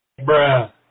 Bruh